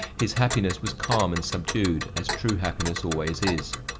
his happiness was calm and subdued, as true happiness always is.